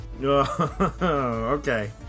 Okay